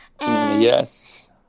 Yes